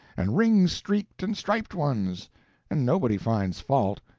and ring-streaked-and-striped ones and nobody finds fault.